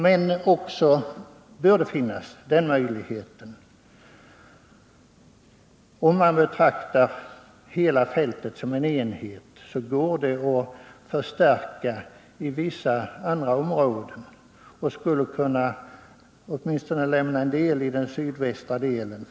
Men det bör också finnas en möjlighet, om man betraktar hela fältet som en enhet, att utvidga i en sådan riktning att intrånget mildras åtminstone en del i den sydvästra delen.